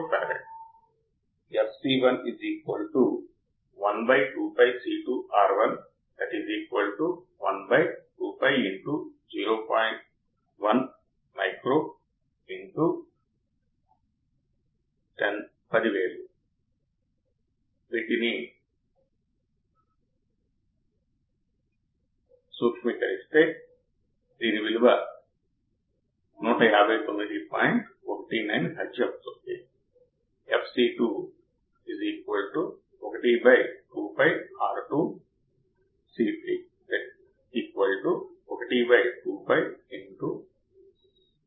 సరే ఒకవేళ ఇది సానుకూలతను ఇస్తే ఇది ఇన్పుట్ వద్ద మరింత సానుకూలంగా ఉంటుంది ఎందుకంటే ఇప్పుడు అది నాన్ ఇన్వర్టింగ్ టెర్మినల్ కు అనుసంధానించబడి ఉంది మనం చెప్పేది ఏమిటంటే ఒకవేళ నా నాన్ ఇన్వర్టింగ్ టెర్మినల్ వద్ద వోల్టేజ్ ఇన్వర్టింగ్ టెర్మినల్ కంటే కొంచెం ఎక్కువ ఐతే నా అవుట్పుట్ సానుకూలంగా ఉంటుంది మరియు ఇది మళ్ళీ సానుకూలం మనం నాన్ ఇన్వర్టింగ్ టెర్మినల్కు కనెక్ట్ చేసాము ఇది మరింత సానుకూలంగా చేస్తుంది